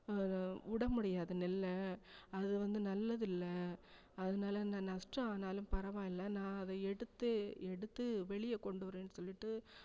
அதை விடமுடியாது நெல்லை அது வந்து நல்லதில்ல அதனால நான் நஷ்டம் ஆனாலும் பரவாயில்ல நான் அதை எடுத்து எடுத்து வெளியே கொண்டு வருவேன்னு சொல்லிகிட்டு